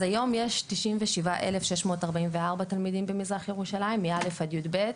אז היום יש 97,644 תלמידים במזרח ירושלים מא'-יב'